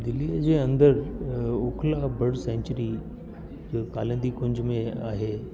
दिल्लीअ जे अंदर ओखला बड सेंचुरी कालिंदी कुंज में आहे